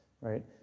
right